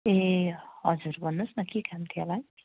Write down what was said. ए हजुर भन्नुहोस् न के काम थियो होला